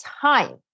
time